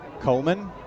Coleman